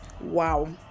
wow